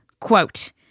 quote